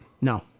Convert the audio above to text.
No